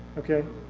okay.